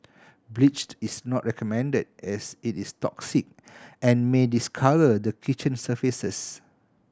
bleached is not recommended as it is toxic and may discolour the kitchen surfaces